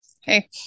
Hey